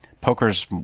poker's